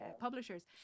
publishers